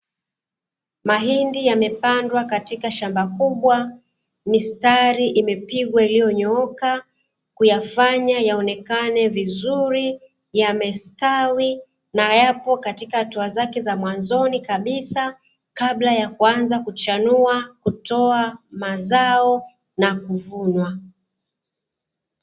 Mahindi yamepandwa katika shamba kubwa mistari imepigwa iliyonyooka kuyafanya yaonekane vizuri, yamestawi na yapo katika hatua zake za mwanzoni kabisa kabla ya kuanza kuchanua kutoa mazao na kuvunwa.